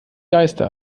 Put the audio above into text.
geiste